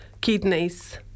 kidneys